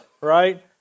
right